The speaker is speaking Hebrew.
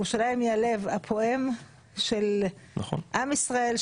ירושלים היא הלב הפועם של עם ישראל,